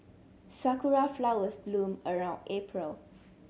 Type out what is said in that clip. sakura flowers bloom around April